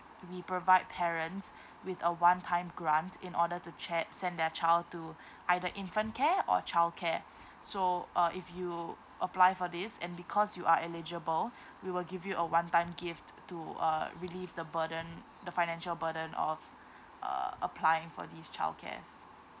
we provide parents with a one time grant in order to cha~ send their child to either infant care or childcare so uh if you apply for this and because you are eligible we will give you a one time gift to uh relieve the burden the financial burden of uh applying for this childcares